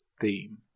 theme